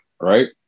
right